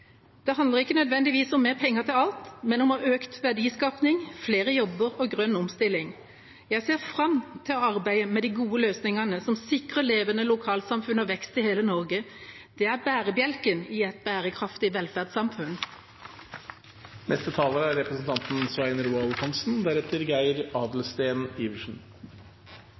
Det handler ikke nødvendigvis om mer penger til alt, men om økt verdiskapning, flere jobber og grønn omstilling. Jeg ser fram til å arbeide med de gode løsningene, som sikrer levende lokalsamfunn og vekst i hele Norge. Det er bærebjelken i et bærekraftig velferdssamfunn. Som denne debatten har understreket, er